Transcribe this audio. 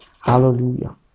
Hallelujah